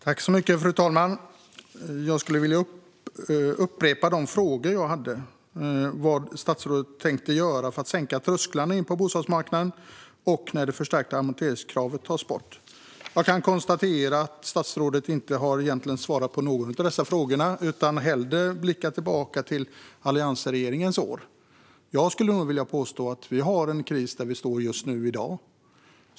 Fru talman! Jag skulle vilja upprepa de frågor som jag ställde om vad statsrådet tänker göra för att sänka trösklarna in på bostadsmarknaden och när det förstärkta amorteringskravet ska tas bort. Jag kan konstatera att statsrådet egentligen inte har svarat på någon av dessa frågor utan hellre blickar tillbaka på alliansregeringens år. Jag skulle vilja påstå att vi har en kris där vi står just nu i dag.